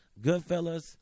goodfellas